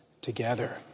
together